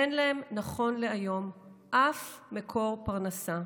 אין להם נכון להיום שום מקור פרנסה.